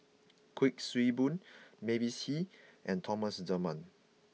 Kuik Swee Boon Mavis Hee and Thomas Dunman